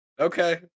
Okay